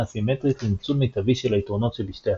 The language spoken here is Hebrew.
סימטרית לניצול מיטבי של היתרונות שבשתי השיטות.